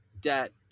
debt